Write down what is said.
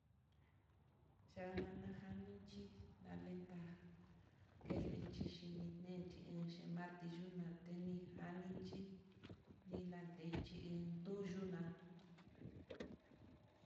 Chanana janinchí nalenta'a kelenchi xhininenchí, xhi marillo na tení janiye xhinatenchí iin tuyu na'a.